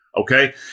Okay